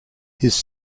his